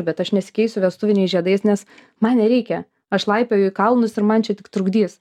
bet aš nesikeisiu vestuviniais žiedais nes man nereikia aš laipioju į kalnus ir man čia tik trukdys